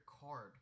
card